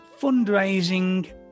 fundraising